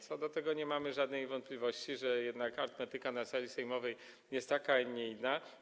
Co do tego nie mamy żadnej wątpliwości: arytmetyka na sali sejmowej jest taka, a nie inna.